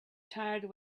tired